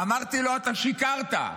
אמרתי לו: אתה שיקרת,